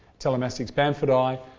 atelomastix bamfordi,